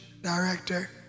director